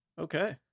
Okay